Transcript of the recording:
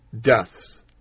deaths